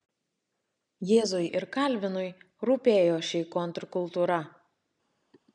jėzui ir kalvinui rūpėjo ši kontrkultūra